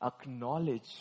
acknowledge